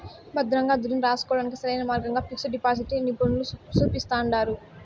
భద్రంగా దుడ్డుని రాసుకోడానికి సరైన మార్గంగా పిక్సు డిపాజిటిని నిపునులు సూపిస్తండారు